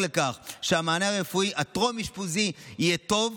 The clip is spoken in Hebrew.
לכך שהמענה הרפואי הטרום-אשפוזי יהיה טוב,